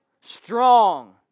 Strong